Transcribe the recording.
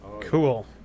Cool